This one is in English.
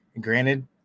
Granted